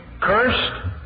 cursed